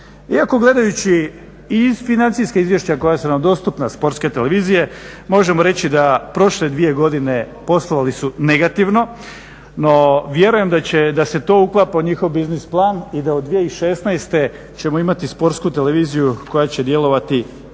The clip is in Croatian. Iako gledajući i iz financijska izvješća koja su nam dostupna sportske televizije možemo reći da prošle dvije godine poslovali su negativno no vjerujem da će to, da se to uklapa u njihov biznis plan i da od 2016. ćemo imati sportsku televiziju koja će djelovati pozitivno